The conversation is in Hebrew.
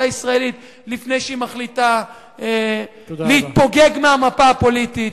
הישראלית לפני שהיא מחליטה להתפוגג מהמפה הפוליטית,